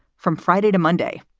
from friday to monday,